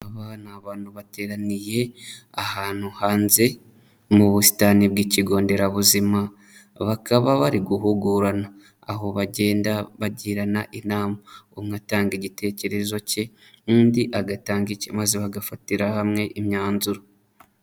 Aba ni abantu bateraniye ahantu hanze mu busitani bw'ikigo nderabuzima, bakaba bari guhugurana aho bagenda bagirana inama, umwe atanga igitekerezo cye n'undi agatanga icye maze bagafatira hamwe imyanzuro.